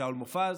שאול מופז,